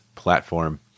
platform